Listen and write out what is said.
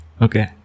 okay